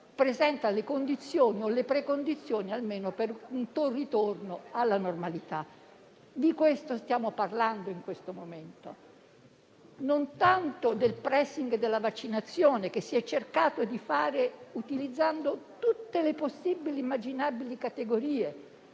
presenta le condizioni o almeno le precondizioni per un ritorno alla normalità. Di questo stiamo parlando in questo momento: non tanto del *pressing* della vaccinazione che si è cercato di fare utilizzando tutte le possibili e immaginabili categorie: